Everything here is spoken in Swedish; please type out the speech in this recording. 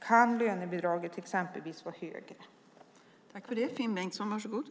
Kan exempelvis lönebidraget bli högre?